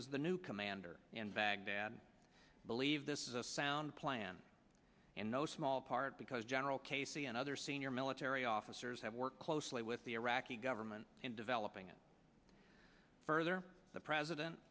as the new commander in baghdad believe this is a sound plan in no small part because general casey and other senior military officers have worked closely with the iraqi government in developing it further the president